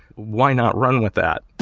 why not run with that?